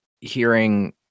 hearing